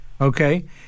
Okay